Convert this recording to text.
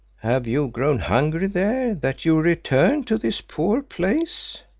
have you grown hungry there that you return to this poor place?